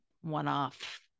one-off